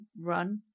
run